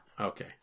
Okay